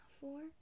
four